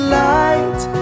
light